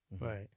Right